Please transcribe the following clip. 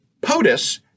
POTUS